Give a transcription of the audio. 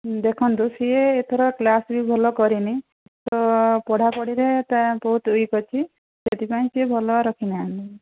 ଦେଖନ୍ତୁ ସିଏ ଏଥର କ୍ଲାସରେ ବି ଭଲ କରିନି ତ ପଢ଼ାପଢ଼ିରେ ଟା ବହୁତ ୱିକ୍ ଅଛି ସେଥିପାଇଁ ସେ ଭଲ ରଖି ନାହାନ୍ତି